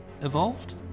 evolved